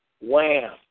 Wham